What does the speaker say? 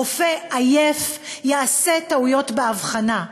רופא עייף יעשה טעויות באבחנה,